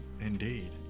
Indeed